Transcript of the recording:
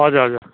हजुर हजुर